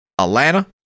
Atlanta